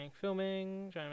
filming